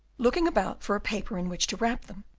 looking about for a paper in which to wrap them